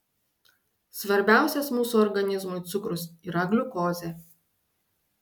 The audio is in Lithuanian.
svarbiausias mūsų organizmui cukrus yra gliukozė